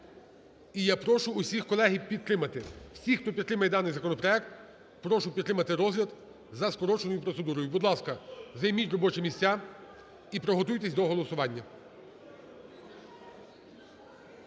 І я прошу всіх, колеги, підтримати всіх, хто підтримує даний законопроект, прошу підтримати розгляд за скороченою процедурою. Будь ласка, займіть робочі місця і приготуйтесь до голосування.